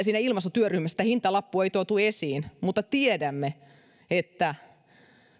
siinä ilmastotyöryhmässä sitä hintalappua ei tuotu esiin mutta tiedämme että